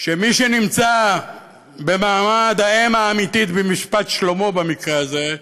שמי שנמצא במעמד האם האמיתית במשפט שלמה במקרה הזה,